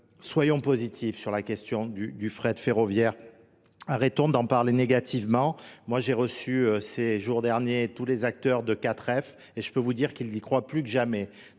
soyons positifs sur la question du fret ferroviaire. Arrêtons d'en parler négativement. Moi j'ai reçu ces jours derniers tous les acteurs de 4F et je peux vous dire qu'ils y croient plus que jamais.